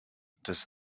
des